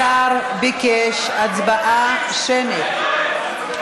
השר ביקש הצבעה שמית.